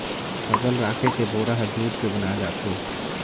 फसल राखे के बोरा ह जूट के बनाए जाथे